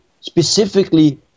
specifically